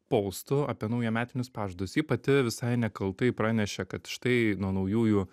poustu apie naujametinius pažadus ji pati visai nekaltai pranešė kad štai nuo naujųjų